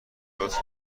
لطف